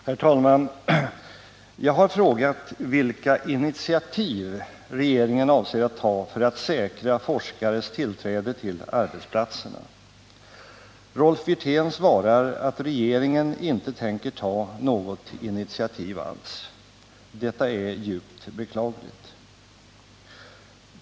Herr talman! Jag har frågat vilka initiativ regeringen avser att ta för att säkra forskares tillträde till arbetsplatserna. Rolf Wirtén svarar att regeringen inte tänker ta något initiativ alls. Detta är djupt beklagligt.